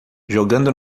jogando